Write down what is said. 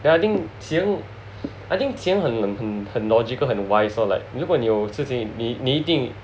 then I think 钱 I think 钱很冷很很 logical 很 wise lor 如果你有事情你你一定